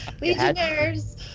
legionnaires